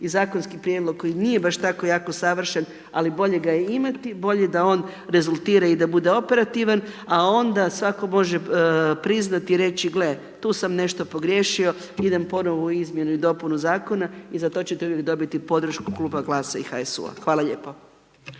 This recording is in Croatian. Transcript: i zakonski prijedlog koji nije baš tako jako savršen ali bolje ga je imati, bolje da on rezultira i da bude operativan a onda svatko može priznati i reći gle, tu sam nešto pogriješio, idem ponovno u izmjenu i dopunu zakona i za to ćete uvijek dobiti podršku kluba GLAS-a i HSU-a. Hvala lijepo.